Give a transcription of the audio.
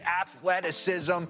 athleticism